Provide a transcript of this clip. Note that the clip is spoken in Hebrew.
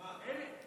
מיקי,